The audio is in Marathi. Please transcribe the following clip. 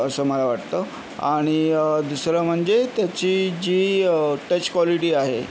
असं मला वाटतं आणि दुसरं म्हणजे त्याची जी टच क्वालिटी आहे